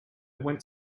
went